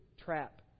trap